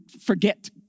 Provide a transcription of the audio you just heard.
forget